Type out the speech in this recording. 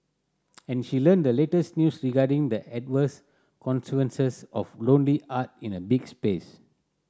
and she learnt the latest news regarding the adverse consequences of lonely art in a big space